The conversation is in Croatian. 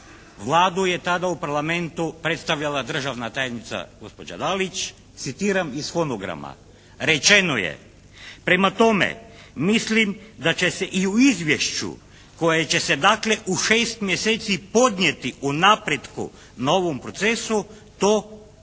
Vladu je tada u Parlamentu predstavljala državna tajnica gospođa Dalić, citiram iz fonograma, rečeno je: "Prema tome, mislim da će se i u izvješću koje će se dakle u 6 mjeseci podnijeti o napretku na ovom procesu to ustvari